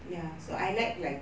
ya so I like like